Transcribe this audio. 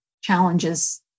challenges